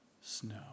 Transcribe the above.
snow